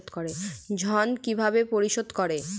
ঋণ কিভাবে পরিশোধ করব?